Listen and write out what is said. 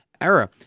era